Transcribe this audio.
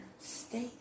Stay